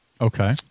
Okay